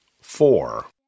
Four